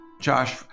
Josh